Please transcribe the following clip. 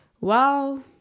wow